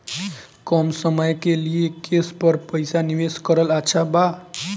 कम समय के लिए केस पर पईसा निवेश करल अच्छा बा?